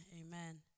Amen